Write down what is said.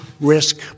risk